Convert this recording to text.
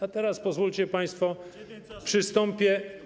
A teraz pozwólcie państwo, że przystąpię.